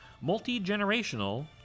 multi-generational